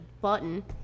button